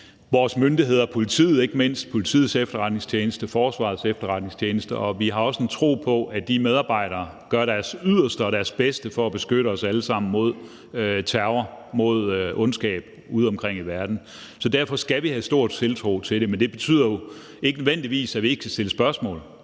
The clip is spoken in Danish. ikke mindst politiet, Politiets Efterretningstjeneste og Forsvarets Efterretningstjeneste, og vi har også en tro på, at de medarbejdere gør deres yderste og deres bedste for at beskytte os alle sammen mod terror, mod ondskab udeomkring i verden. Så vi skal have stor tiltro til dem, men det betyder jo ikke nødvendigvis, at vi ikke kan stille spørgsmål